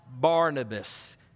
Barnabas